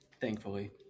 thankfully